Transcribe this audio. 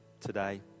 today